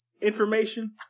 information